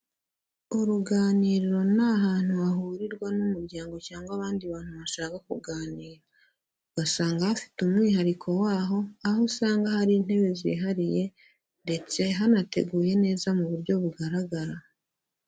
Uruganiriro ni ahantu hahurirwa n'umuryango cyangwa abandi bantu bashaka kuganira, ugasanga hafite umwihariko waho, aho usanga hari intebe zihariye ndetse hanateguye neza mu buryo bugaragara.